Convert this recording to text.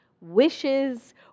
wishes